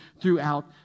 throughout